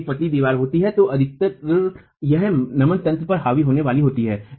जब यह एक पतली दीवार होती है तो अधिकतर यह नमन तंत्र पर हावी होने वाली होती है